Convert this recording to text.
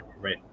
right